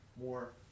more